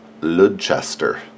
Ludchester